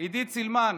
עידית סילמן: